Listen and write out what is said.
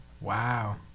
Wow